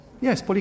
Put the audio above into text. Yes